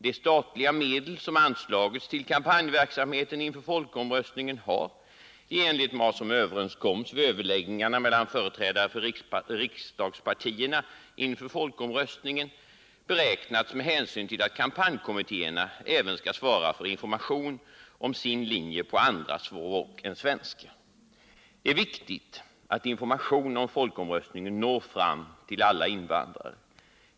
De statliga medel som anslagits till kampanjverksamheten inför folkomröstningen har, i enlighet med vad som överenskoms vid överläggningarna mellan företrädare för riksdagspartierna inför folkomröstningen, beräknats med hänsyn till att kampanjkommittéerna även skall ansvara för information om sin linje på andra språk än svenska. Det är viktigt att information om folkomröstningen når fram till alla invandrare.